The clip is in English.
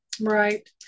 right